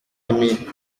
aimé